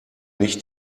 nicht